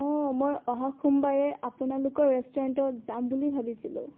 অঁ মই অহা সোমবাৰে আপোনালোকৰ ৰেষ্টুৰেণ্টত যাম বুলি ভাবিছিলোঁ